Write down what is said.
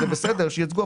זה בסדר שייצגו,